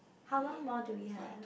how long more do we have